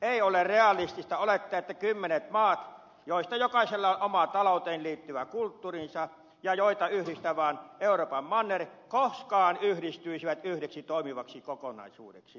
ei ole realistista olettaa että kymmenet maat joista jokaisella on oma talouteen liittyvä kulttuurinsa ja joita yhdistää vain euroopan manner koskaan yhdistyisivät yhdeksi toimivaksi kokonaisuudeksi